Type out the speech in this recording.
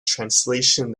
translation